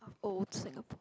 old Singapore